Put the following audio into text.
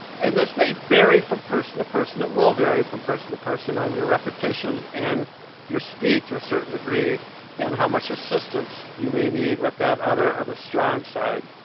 and this may vary from person to person, it will vary from person to person on your repetitions and your speed to a certain degree and how much assistance you may need with that other or the strong side.